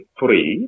free